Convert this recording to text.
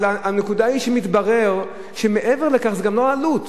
אבל הנקודה היא שמתברר שמעבר לכך זה גם לא עלות.